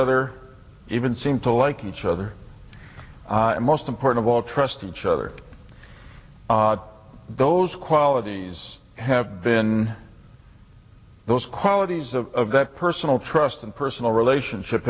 other even seem to like each other and most important of all trust in each other those qualities have been those qualities of that personal trust and personal relationship